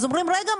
אומרים "רגע,